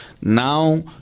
now